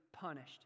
punished